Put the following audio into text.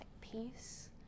peace